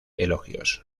elogios